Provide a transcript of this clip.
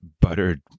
buttered